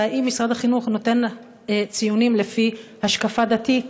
והאם משרד החינוך נותן ציונים לפי השקפה דתית